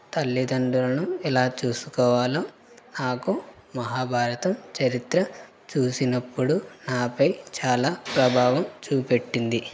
తల్లిదండ్రులను ఎలా చూసుకోవాలో నాకు మహాభారతం చరిత్ర చూసినప్పుడు నాపై చాలా ప్రభావం చూపెట్టింది